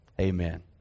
amen